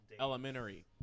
Elementary